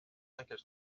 qu’elles